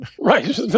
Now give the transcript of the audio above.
Right